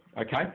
okay